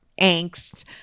Angst